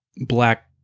black